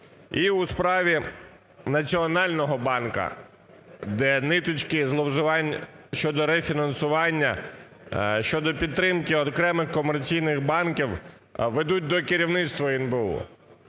і у справі Національного банку, де ниточки зловживань щодо рефінансування, щодо підтримки окремих комерційних банків ведуть до керівництва НБУ.